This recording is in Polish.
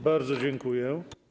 Bardzo dziękuję.